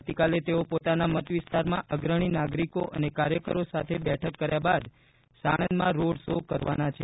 આવતીકાલે તેઓ પોતાના મતવિસ્તારમાં અગ્રણી નાગરિકો અને કાર્યકરો સાથે બેઠક કર્યા બાદ સાણંદમાં રોડ શો કરવાના છે